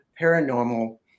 Paranormal